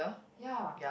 ya